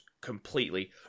completely